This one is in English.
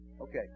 Okay